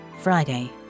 Friday